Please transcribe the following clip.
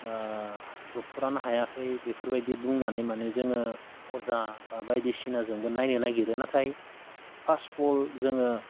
ड'क्टरानो हायाखै बेफोरबायदि बुंनानै मानि जोङो अजा बा बायदिसिनाजोंबो जोङो नायनो नागिरो नाथाय फार्स्ट अफ अल जोङो